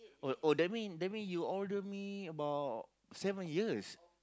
oh oh that mean that mean you older me about seven years